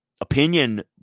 opinion